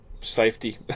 safety